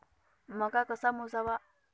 मका कसा मोजावा?